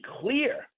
clear